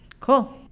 Cool